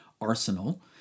arsenal